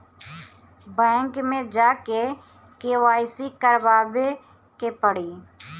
Bank मे जा के के.वाइ.सी करबाबे के पड़ी?